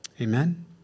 Amen